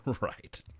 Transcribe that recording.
Right